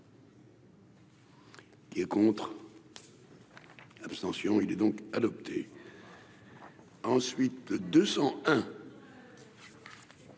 Qui est contre, abstention, il est donc adopté ensuite de 200,